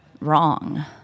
wrong